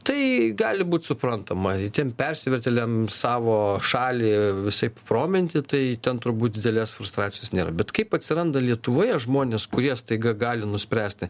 tai gali būt suprantama tiem persivertėliam savo šalį visaip frominti tai ten turbūt didelės frustracijos nėra bet kaip atsiranda lietuvoje žmonės kurie staiga gali nuspręsti